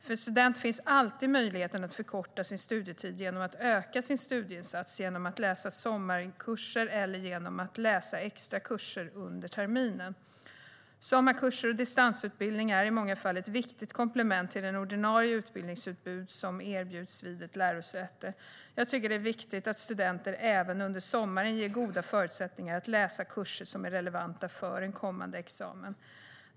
För en student finns alltid möjligheten att förkorta sin studietid genom att öka sin studieinsats, genom att läsa sommarkurser eller genom att läsa extra kurser under terminen. Sommarkurser och distansutbildning är i många fall ett viktigt komplement till det ordinarie utbildningsutbud som erbjuds vid ett lärosäte. Jag tycker att det är viktigt att studenter även under sommaren ges goda förutsättningar att läsa kurser som är relevanta för en kommande examen.